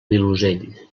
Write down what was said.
vilosell